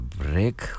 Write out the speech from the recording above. break